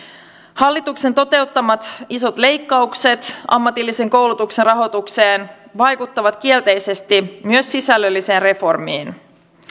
hallituksen toteuttamat isot leikkaukset ammatillisen koulutuksen rahoitukseen vaikuttavat kielteisesti myös sisällölliseen reformiin